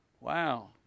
Wow